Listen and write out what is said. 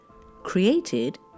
Created